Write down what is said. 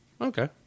Okay